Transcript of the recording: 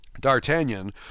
d'artagnan